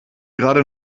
gerade